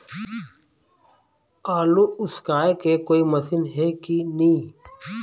आलू उसकाय के कोई मशीन हे कि नी?